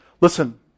Listen